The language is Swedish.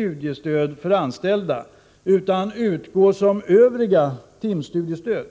grundutbildning för anställda utan utgå på samma sätt som övriga timstudiestöd.